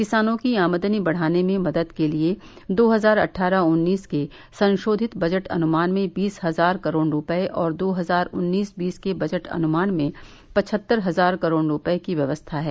किसानों की आमदनी बढ़ाने में मदद के लिए दो हजार अट्ठारह उन्नीस के संशोधित बजट अनुमान में बीस हजार करोड़ रूपये और दो हजार उन्नीस बीस के बजट अनुमान में पचहत्तर हजार करोड़ रूपये की व्यवस्था है